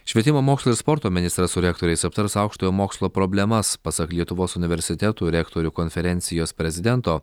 švietimo mokslo ir sporto ministras su rektoriais aptars aukštojo mokslo problemas pasak lietuvos universitetų rektorių konferencijos prezidento